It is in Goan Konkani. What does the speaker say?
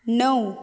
णव